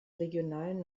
regionalen